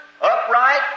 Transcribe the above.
upright